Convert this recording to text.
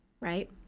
Right